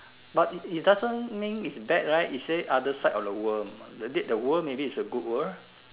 but it it doesn't mean it's bad right you said other side of the world the date the world maybe is a good world